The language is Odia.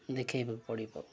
ଦେଖାଇକୁ ପଡ଼ିବ